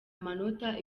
amanota